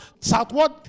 southward